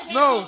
no